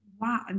Wow